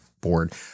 board